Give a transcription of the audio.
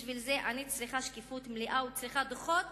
בשביל זה אני צריכה שקיפות מלאה וצריכה דוחות